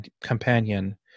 companion